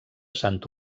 sant